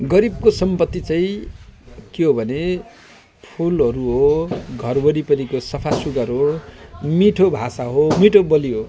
गरिबको सम्पति चाहिँ के हो भने फुलहरू हो घर वरिपरिको सफासुग्घर हो मिठो भाषा हो मिठो बोली हो